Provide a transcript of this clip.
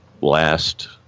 last